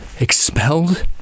Expelled